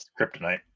Kryptonite